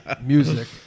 music